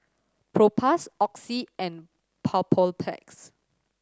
Propass Oxy and Papulex